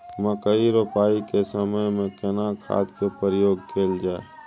मकई रोपाई के समय में केना खाद के प्रयोग कैल जाय?